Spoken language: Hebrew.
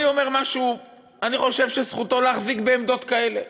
אני אומר משהו: אני חושב שזכותו להחזיק בעמדות כאלה.